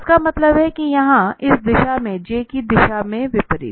इसका मतलब है कि यहां इस दिशा में j की दिशा के विपरीत